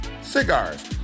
cigars